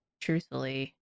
truthfully